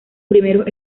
primeros